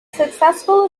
successful